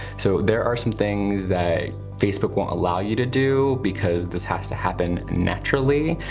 so there are some things that facebook won't allow you to do, because this has to happen naturally.